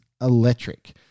electric